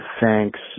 Thanks